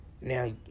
Now